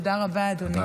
תודה רבה, אדוני, תודה.